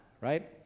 right